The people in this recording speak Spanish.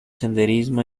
senderismo